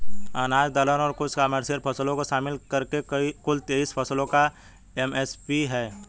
अनाज दलहन और कुछ कमर्शियल फसल को शामिल करके कुल तेईस फसलों का एम.एस.पी है